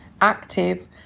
active